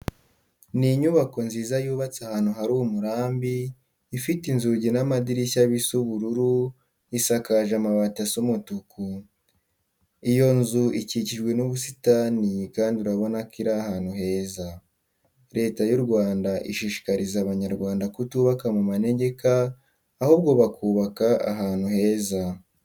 Ni inyubako nziza yubatse ahantu hari umurambi, ifite inzugi n'amadirishya bisa ubururu, isakaje amabati asa umutuku. Iyo nzu ikikijwe n'ubusitani kandi urubona ko iri ahantu heza. Leta y'u Rwanda ishishikariza Abanyarwanda kutubaka mu manegeka, ahubwo bakubaka ahantu heza.